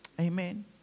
Amen